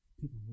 people